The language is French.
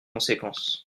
conséquences